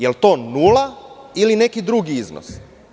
Da li je to nula ili neki drugi iznos?